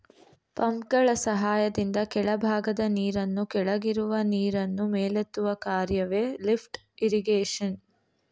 ಪಂಪ್ಗಳ ಸಹಾಯದಿಂದ ಕೆಳಭಾಗದ ನೀರನ್ನು ಕೆಳಗಿರುವ ನೀರನ್ನು ಮೇಲೆತ್ತುವ ಕಾರ್ಯವೆ ಲಿಫ್ಟ್ ಇರಿಗೇಶನ್